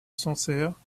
sancerre